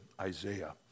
Isaiah